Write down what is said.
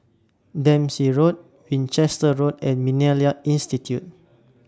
Dempsey Road Winchester Road and Millennia Institute